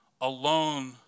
alone